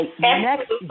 next